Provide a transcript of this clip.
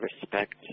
respect